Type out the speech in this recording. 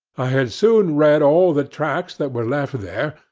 i had soon read all the tracts that were left there,